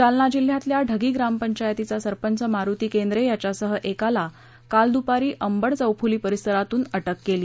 जालना जिल्ह्यातल्या ढगी ग्रामपंचायतीचा सरपंच मारुती केंद्रे याच्यासह एकाला काल द्पारी अंबड चौफ़ली परिसरातुन अटक केली